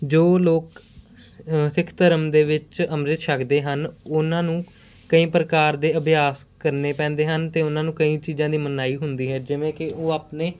ਜੋ ਲੋਕ ਸਿੱਖ ਧਰਮ ਦੇ ਵਿੱਚ ਅੰਮ੍ਰਿਤ ਛਕਦੇ ਹਨ ਉਹਨਾਂ ਨੂੰ ਕਈ ਪ੍ਰਕਾਰ ਦੇ ਅਭਿਆਸ ਕਰਨੇ ਪੈਂਦੇ ਹਨ ਅਤੇ ਉਹਨਾਂ ਨੂੰ ਕਈ ਚੀਜ਼ਾਂ ਦੀ ਮਨਾਹੀ ਹੁੰਦੀ ਹੈ ਜਿਵੇਂ ਕਿ ਉਹ ਆਪਣੇ